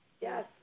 Yes